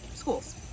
Schools